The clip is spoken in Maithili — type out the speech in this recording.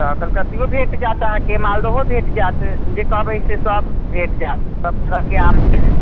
तऽ कलकतियो भेट जाएत अहाँकेँ मालदहो भेट जाएत जे कहबै से सब भेट जाएत सब तरहके आम छै